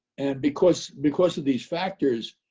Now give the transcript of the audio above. and because because of these factors,